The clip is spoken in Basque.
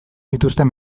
zituzten